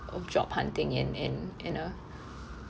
of job hunting in in in a